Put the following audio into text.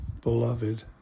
beloved